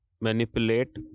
manipulate